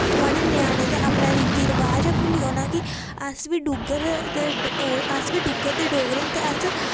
थुहाड़े न्याने ते अपना रीति रवाज गै भुल्ली जाना कि अस बी डुग्गर दे डोगरे आं ते अस